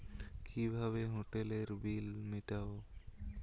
কিভাবে হোটেলের বিল মিটাব?